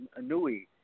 Anui